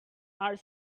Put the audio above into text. are